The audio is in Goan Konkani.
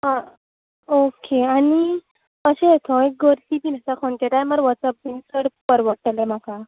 आं ओके आनी कशें थंय गर्दी बीन आसता खंयच्या टायमार वसप चड परवडटलें म्हाका